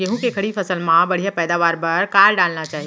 गेहूँ के खड़ी फसल मा बढ़िया पैदावार बर का डालना चाही?